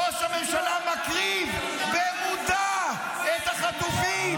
ראש הממשלה מקריב במודע את החטופים.